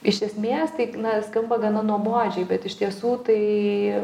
iš esmės tai na skamba gana nuobodžiai bet iš tiesų tai